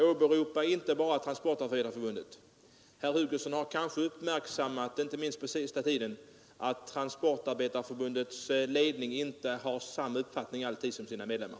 Åberopa inte bara Transportarbetareförbundet! Herr Hugosson har kanske uppmärksammat, inte minst på senaste tiden, att Transportarbetareförbundets ledning inte alltid har samma uppfattning som sina medlemmar.